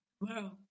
Wow